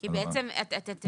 צריך להשלים את הסכומים,